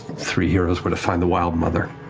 three heroes were to find the wildmother